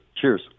Cheers